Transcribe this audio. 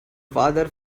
father